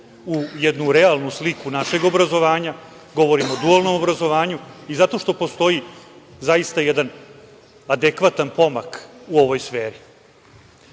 u jednu realnu sliku našeg obrazovanja, govorim o dualnom obrazovanju i zato što postoji zaista jedan adekvatan pomak u ovoj sferi. Ono